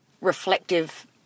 reflective